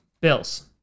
Bills